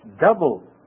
double